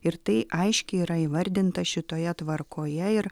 ir tai aiškiai yra įvardinta šitoje tvarkoje ir